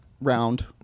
round